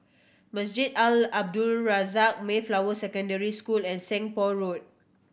Masjid Al Abdul Razak Mayflower Secondary School and Seng Poh Road